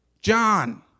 John